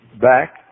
back